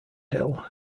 hill